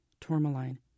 tourmaline